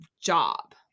job